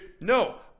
No